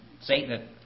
Satan